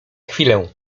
chwilę